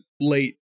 late